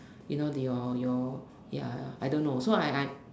you know your your ya I don't know so I I